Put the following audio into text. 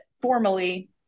formally